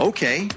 Okay